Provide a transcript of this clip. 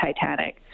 Titanic